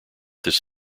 this